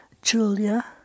Julia